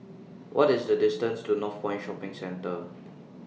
What IS The distance to Northpoint Shopping Centre